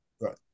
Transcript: right